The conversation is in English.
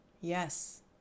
Yes